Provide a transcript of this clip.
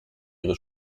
ihre